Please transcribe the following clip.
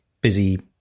busy